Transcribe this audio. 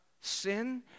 sin